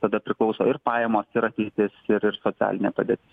tada priklauso ir pajamos ir ateitis ir ir socialinė padėtis